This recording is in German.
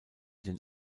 den